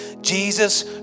Jesus